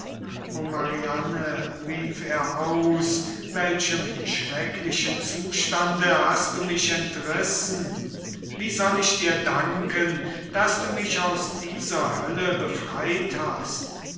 mariane rief er aus welchem schrecklichen zustande hast du mich entrissen wie soll ich dir danken daß du mich aus dieser hölle befreit hast